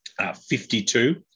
52